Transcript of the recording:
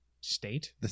State